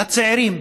לצעירים,